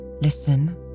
Listen